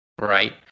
right